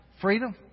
Freedom